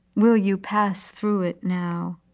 will you pass through it now,